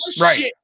Right